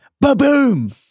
Ba-boom